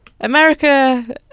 America